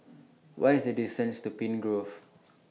What IS The distance to Pine Grove